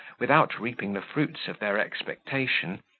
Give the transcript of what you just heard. without reaping the fruits of their expectation,